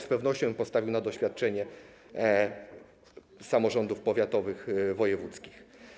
Z pewnością bym postawił na doświadczenie samorządów powiatowych, wojewódzkich.